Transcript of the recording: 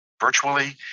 virtually